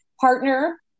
partner